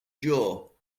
jaw